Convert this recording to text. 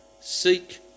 Seek